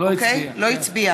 הצביע